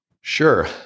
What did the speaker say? Sure